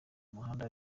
umuhanda